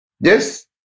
Yes